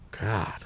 God